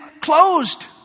closed